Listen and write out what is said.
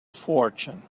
fortune